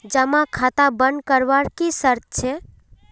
जमा खाता बन करवार की शर्त छे?